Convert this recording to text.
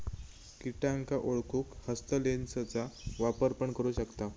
किटांका ओळखूक हस्तलेंसचा वापर पण करू शकताव